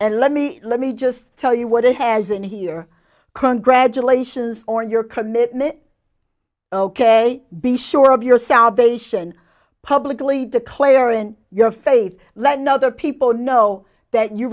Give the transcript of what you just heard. and let me let me just tell you what he has in here congratulations on your commitment ok be sure of your salvation publicly declare in your faith let no other people know that you